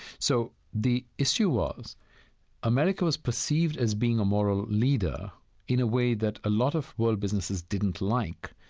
so the issue was america was perceived as being a moral leader in a way that a lot of world businesses didn't like,